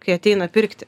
kai ateina pirkti